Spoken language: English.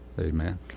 Amen